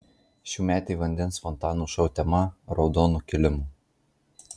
šiųmetė vandens fontanų šou tema raudonu kilimu